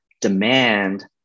demand